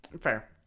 Fair